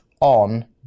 on